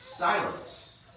Silence